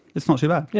it's not too bad. yeah